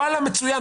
וואלה מצוין,